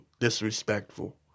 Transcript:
disrespectful